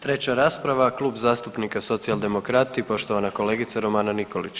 Treća rasprava Klub zastupnika Socijaldemokrati poštovana kolegica Romana Nikolić.